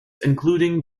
including